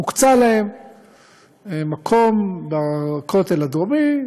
הוקצה להם מקום בכותל הדרומי,